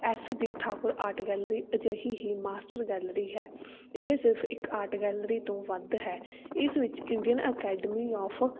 S G Thakur art gallery ਅਜਿਹੀ ਹੀ master gallery ਹੈ ਇਹ ਸਿਰਫ ਇੱਕ ਆਰਟ ਗੈਲਰੀ ਤੋਂ ਵੱਧ ਹੈ ਇਸ ਵਿੱਚ ਇੰਡੀਅਨ ਅਕੈਡਮੀ ਆਫ